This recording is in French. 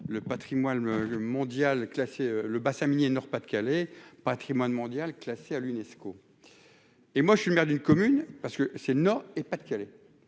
le Patrimoine mondial classé le bassin minier Nord-Pas-de-Calais Patrimoine mondial classé à l'UNESCO et moi je suis maire d'une commune, parce que c'est le Nord et Pas-de-Calais,